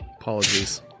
apologies